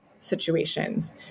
situations